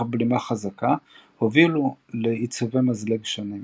בלימה חזקה הובילו לעיצובי מזלג שונים.